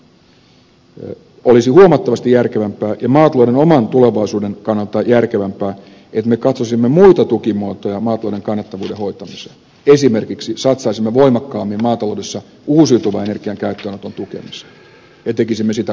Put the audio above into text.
olisi huomattavasti järkevämpää ja maatalouden oman tulevaisuuden kannalta järkevämpää että me katsoisimme muita tukimuotoja maatalouden kannattavuuden hoitamiseen esimerkiksi satsaisimme voimakkaammin maataloudessa uusiutuvan energian käyttöönoton tukemiseen ja tekisimme sitä koskevia järjestelyjä